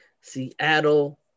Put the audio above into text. Seattle